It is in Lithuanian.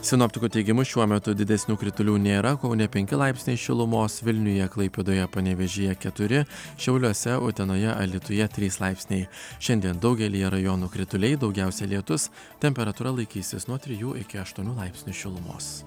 sinoptikų teigimu šiuo metu didesnių kritulių nėra kaune penki laipsniai šilumos vilniuje klaipėdoje panevėžyje keturi šiauliuose utenoje alytuje trys laipsniai šiandien daugelyje rajonų krituliai daugiausia lietus temperatūra laikysis nuo trijų iki aštuonių laipsnių šilumos